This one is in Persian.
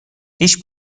هیچ